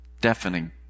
deafening